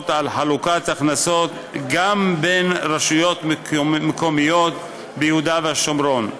להורות על חלוקת הכנסות גם בין רשויות מקומיות ביהודה והשומרון.